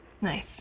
Nice